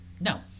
No